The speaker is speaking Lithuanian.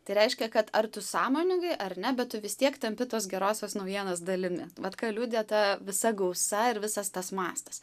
tai reiškia kad ar tu sąmoningai ar ne bet tu vis tiek tampi tos gerosios naujienos dalimi vat ką liudija ta visa gausa ir visas tas mastas